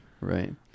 right